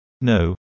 No